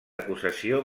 acusació